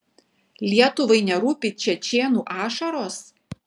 lietuvai nerūpi čečėnų ašaros